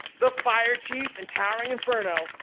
the fire chief in towering inferno,